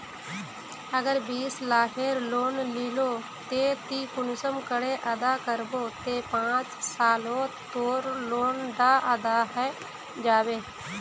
अगर बीस लाखेर लोन लिलो ते ती कुंसम करे अदा करबो ते पाँच सालोत तोर लोन डा अदा है जाबे?